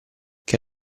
che